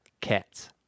cats